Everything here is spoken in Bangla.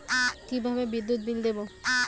কিভাবে বিদ্যুৎ বিল দেবো?